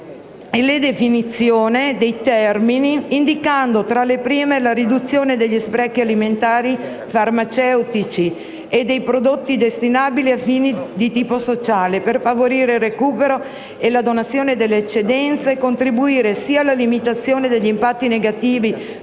e definizioni dei termini, indicando, tra le prime, la riduzione degli sprechi alimentari, farmaceutici e dei prodotti destinabili a fini di tipo sociale, per favorire il recupero e la donazione delle eccedenze e contribuire sia alla limitazione degli impatti negativi